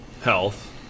health